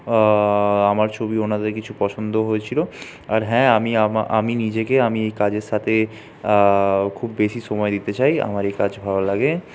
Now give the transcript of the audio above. আমার ছবি ওঁদের কিছু পছন্দ হয়েছিলো আর হ্যাঁ আমি আমি নিজেকে আমি এই কাজের সাথে খুব বেশি সময় দিতে চাই আমার এই কাজ ভালো লাগে